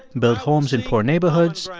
build homes in poor neighborhoods,